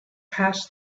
passed